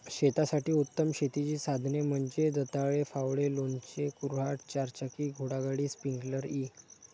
शेतासाठी उत्तम शेतीची साधने म्हणजे दंताळे, फावडे, लोणचे, कुऱ्हाड, चारचाकी घोडागाडी, स्प्रिंकलर इ